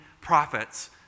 prophets